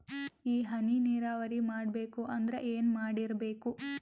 ಈ ಹನಿ ನೀರಾವರಿ ಮಾಡಬೇಕು ಅಂದ್ರ ಏನ್ ಮಾಡಿರಬೇಕು?